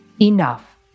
enough